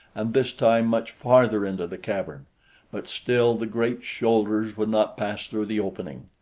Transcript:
and this time much farther into the cavern but still the great shoulders would not pass through the opening.